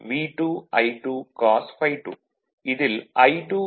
இதில் I2 x